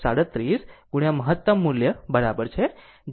637 મહત્તમ મૂલ્ય બરાબર છે જે 1